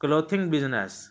clothing business